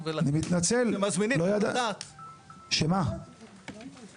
אני מבקש קודם כל Handbrake, מיידי, הרגע.